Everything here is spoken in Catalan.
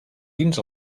dins